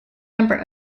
number